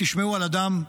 תשמעו על אדם,